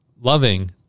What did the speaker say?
loving